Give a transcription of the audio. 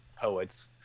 poets